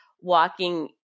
walking